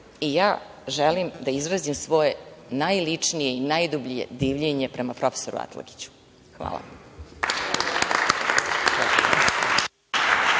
elita. Želim da izrazim svoje najličnije i najdublje divljenje prema profesoru Atlagiću. Hvala.